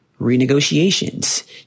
renegotiations